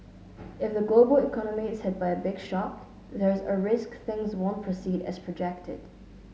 if the global economy is hit by a big shock there's a risk things won't proceed as projected